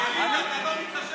מה אנחנו לא נותנים?